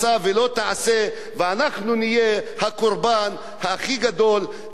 ואנחנו נהיה הקורבן הכי גדול בהרפתקה הזו.